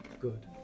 Good